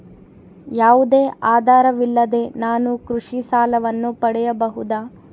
ಯಾವುದೇ ಆಧಾರವಿಲ್ಲದೆ ನಾನು ಕೃಷಿ ಸಾಲವನ್ನು ಪಡೆಯಬಹುದಾ?